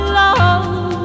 love